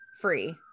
Free